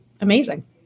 amazing